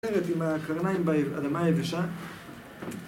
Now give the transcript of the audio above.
...עם הקרניים בערמה היבשה